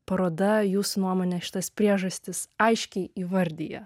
paroda jūsų nuomone šitas priežastis aiškiai įvardija